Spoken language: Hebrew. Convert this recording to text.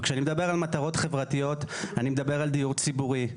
וכשאני מדבר על מטרות חברתיות אני מדבר על דיור ציבורי,